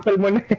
one